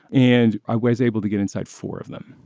and i was able to get inside four of them.